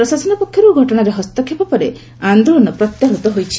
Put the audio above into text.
ପ୍ରଶାସନ ପକ୍ଷରୁ ଘଟଶାରେ ହସ୍ତକ୍ଷେପ ପରେ ଆନ୍ଦୋଳନ ପ୍ରତ୍ୟାହୃତ ହୋଇଛି